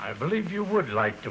i believe you would like to